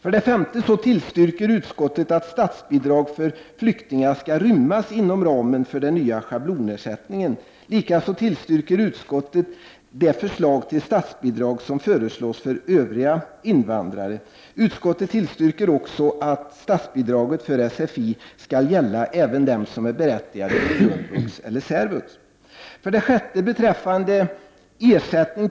För det femte tillstyrker utskottet att statsbidraget för flyktingar skall rymmas inom ramen för den nya schablonersättningen. Likaså tillstyrker utskottet förslaget om statsbidrag för övriga invandrare. Utskottet tillstyrker också att statsbidraget för sfi skall gälla även dem som är berättigade till grundvux eller särvux.